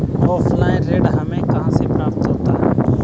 Offline ऋण हमें कहां से प्राप्त होता है?